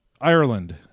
Ireland